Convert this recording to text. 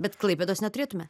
bet klaipėdos neturėtumėme